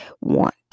want